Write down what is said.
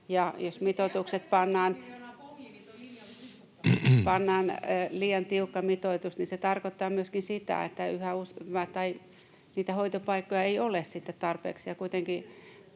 pannaan liian tiukka mitoitus, niin se tarkoittaa myöskin sitä, että niitä hoitopaikkoja ei ole sitten tarpeeksi,